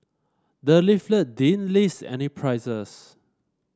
the leaflet didn't list any prices